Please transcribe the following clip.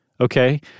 Okay